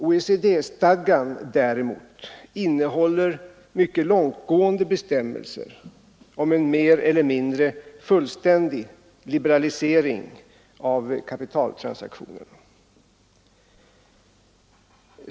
OECD stadgan däremot innehåller mycket långtgående bestämmelser om en mer eller mindre fullständig liberalisering av kapitaltransaktionerna.